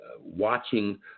watching